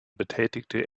betätigte